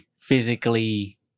physically